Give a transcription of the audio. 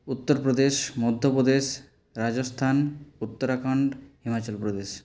Uttar Pradesh Madhya Pradesh Rajasthan Uttarakhand Himachal Pradesh